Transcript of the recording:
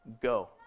go